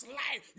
life